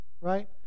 right